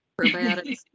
Probiotics